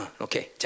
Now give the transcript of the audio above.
okay